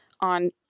on